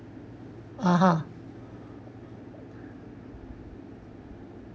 (uh huh)